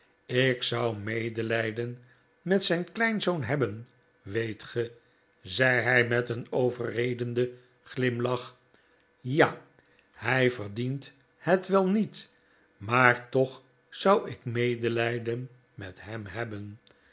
ik zou medelijden met zijn kleinzoon hebben weet ge zei hij met een overredenden glimlach ja hij verdient het wel niet maar toch zou ik medelijden met hem hebben